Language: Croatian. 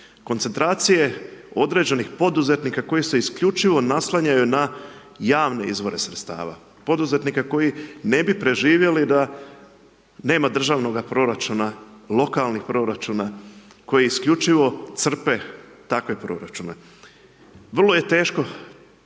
koncentracije određenih poduzetnika koji se isključivo naslanjaju na javne izvore sredstava, poduzetnika koji ne bi preživjeli da nema državnoga proračuna, lokalnih proračuna, koji isključivo crpe takve proračune. Vrlo je teško